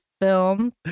film